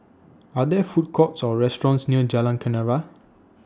Are There Food Courts Or restaurants near Jalan Kenarah